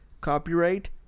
Copyright